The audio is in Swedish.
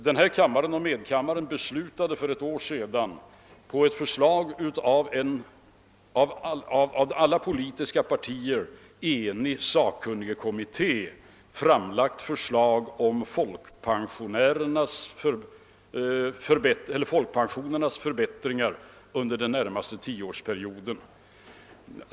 Denna kammare och medkammaren beslutade för ett år sedan, på basis av ett förslag som framlagts av en kommitté där representanterna för alla politiska partier var eniga, om förbättringen av folkpensionerna under den närmaste tioårsperioden.